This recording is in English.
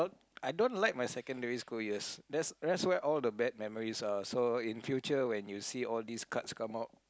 I don't like my secondary school years that's where all the bad memories are so in future when you see all these cards come out